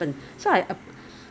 so I think ah when you can